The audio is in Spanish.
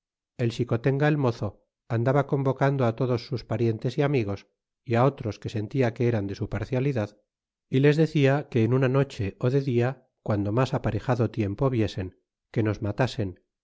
el xicotenga el mozo andaba convocando todos sus parientes y amigos y otros que sentia que eran de su parcialidad y les decia que en una noche ó de dia guando mas aparejado tiempo viesen que nos matasen